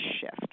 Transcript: shift